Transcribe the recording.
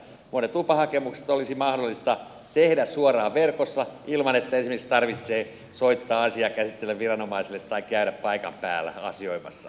monet lupahakemukset olisi mahdollista tehdä suoraan verkossa ilman että tarvitsee esimerkiksi soittaa asiaa käsittelevälle viranomaiselle tai käydä paikan päällä asioimassa